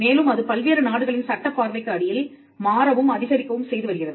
மேலும் அது பல்வேறு நாடுகளின் சட்டப் பார்வைக்கு அடியில் மாறவும் அதிகரிக்கவும் செய்து வருகிறது